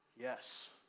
Yes